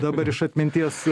dabar iš atminties